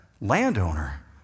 landowner